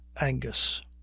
angus